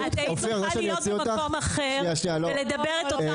את היית צריכה להיות במקום אחר ולדבר את אותם דברים.